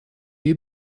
you